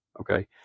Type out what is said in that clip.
okay